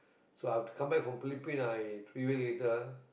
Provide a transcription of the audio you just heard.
so after come back from Philippine I three week later